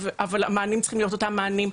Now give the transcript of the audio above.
אבל המענים צריכים להיות אותם מענים,